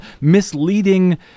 misleading